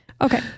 okay